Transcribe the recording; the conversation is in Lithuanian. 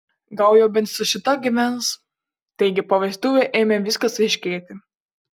gal jau bent su šita gyvens taigi po vestuvių ėmė viskas aiškėti